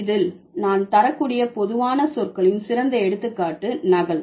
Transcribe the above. இதில் நான் தரக்கூடிய பொதுவான சொற்களின் சிறந்த எடுத்துக்காட்டு நகல்